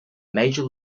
major